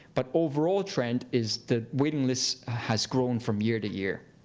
but overall trend is the waiting list has grown from year to year.